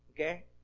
Okay